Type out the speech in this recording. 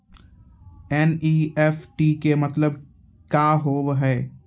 NEFT के मतलब का होव हेय?